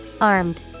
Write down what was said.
Armed